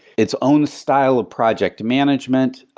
its own style of project management,